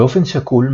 באופן שקול,